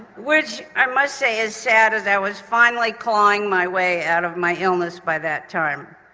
which i must say is sad as i was finally clawing my way out of my illness by that time.